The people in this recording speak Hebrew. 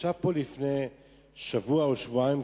ישב פה לפני שבוע או שבועיים,